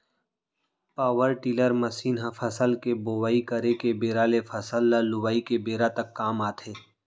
power tiller machine ह फसल के बोवई करे के बेरा ले फसल ल लुवाय के बेरा तक काम आथे